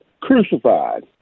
crucified